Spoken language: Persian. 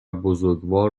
بزرگوار